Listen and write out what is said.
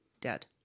dead